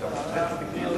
התש"ע 2010,